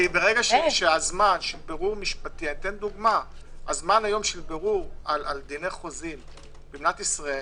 הזמן היום של בירור על דיני חוזים במדינת ישראל